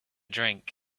drink